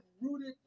rooted